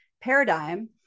paradigm